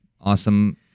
awesome